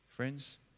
Friends